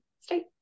state